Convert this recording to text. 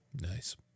Nice